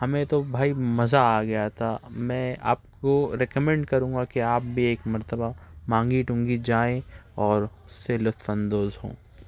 ہمیں تو بھائی مزہ آ گیا تھا میں آپ کو ریکمینڈ کروں گا کہ آپ بھی ایک مرتبہ مانگی ٹونگی جائیں اور اس سے لطف اندوز ہوں